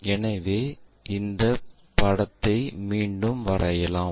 எனவே இந்த படத்தை மீண்டும் வரையலாம்